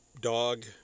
dog